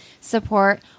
support